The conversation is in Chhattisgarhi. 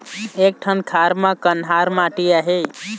एक ठन खार म कन्हार माटी आहे?